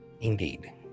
Indeed